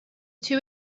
two